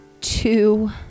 two